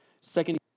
Second